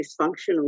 dysfunctional